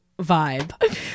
vibe